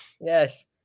Yes